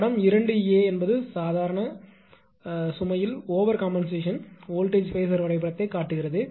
படம் 2 a என்பது சாதாரண சுமையில் ஓவர் கம்பென்சேஷன் வோல்ட்டேஜ் பேஸர் வரைபடத்தைக் காட்டுகிறது